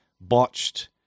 botched